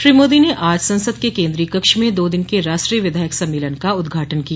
श्री मोदी ने आज संसद के केंद्रीय कक्ष में दो दिन के राष्ट्रीय विधायक सम्मेलन का उदघाटन किया